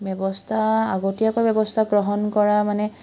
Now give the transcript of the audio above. ব্যৱস্থা আগতীয়াকৈ ব্যৱস্থা গ্ৰহণ কৰা মানে